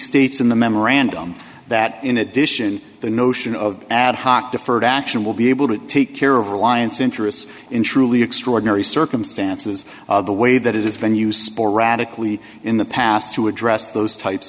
states in the memorandum that in addition the notion of ad hoc deferred action will be able to take care of reliance interests in truly extraordinary circumstances the way that it has been used sporadically in the past to address those types